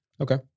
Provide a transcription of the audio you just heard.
Okay